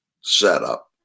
setup